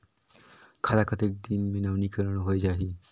खाता कतेक दिन मे नवीनीकरण होए जाहि??